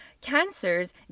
cancers